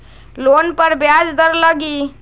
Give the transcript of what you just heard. Loan पर ब्याज दर लगी?